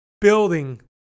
building